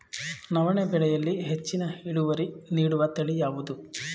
ನವಣೆ ಬೆಳೆಯಲ್ಲಿ ಹೆಚ್ಚಿನ ಇಳುವರಿ ನೀಡುವ ತಳಿ ಯಾವುದು?